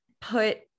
put